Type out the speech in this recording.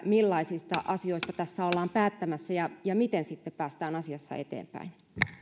millaisista asioista tässä ollaan päättämässä ja ja miten sitten päästään asiassa eteenpäin